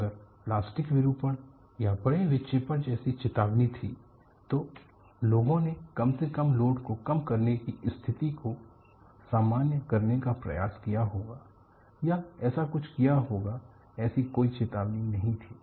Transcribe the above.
अगर प्लास्टिक विरूपण या बड़े विक्षेपण जैसी चेतावनी थी तो लोगों ने कम से कम लोड को कम करके स्थिति को समान्य करने का प्रयास किया होगा या ऐसा कुछ किया होगा ऐसी कोई चेतावनी नहीं थी